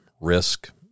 risk